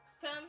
come